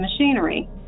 machinery